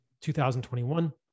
2021